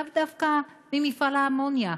לאו דווקא ממכל האמוניה,